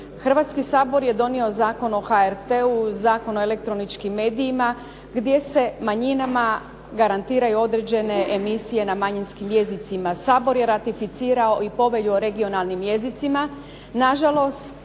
Hrvatski sabor je donio Zakon o HRT-u, Zakon o elektroničkim medijima gdje se manjinama garantiraju određene emisije na manjinskim jezicima. Sabor je ratificirao i Povelju o regionalnim jezicima.